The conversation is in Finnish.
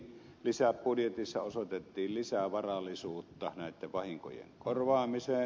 lisäbudjetissa osoitettiin lisää varallisuutta näitten vahinkojen korvaamiseen